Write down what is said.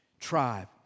tribe